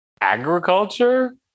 Agriculture